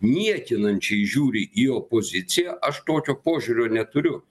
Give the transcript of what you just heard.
niekinančiai žiūri į opoziciją aš tokio požiūrio neturiu